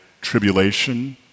tribulation